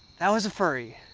that was a furry.